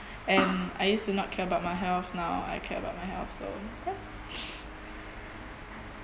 and I used to not care about my health now I care about my health so yup